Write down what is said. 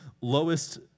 lowest